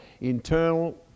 Internal